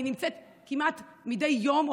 אני נמצאת כמעט מדי יום,